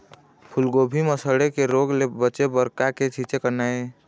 फूलगोभी म सड़े के रोग ले बचे बर का के छींचे करना ये?